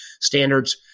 standards